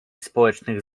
społecznych